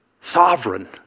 sovereign